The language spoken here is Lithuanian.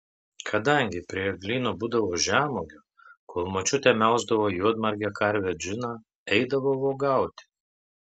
kadangi prie eglyno būdavo žemuogių kol močiutė melždavo juodmargę karvę džiną eidavau uogauti